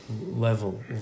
level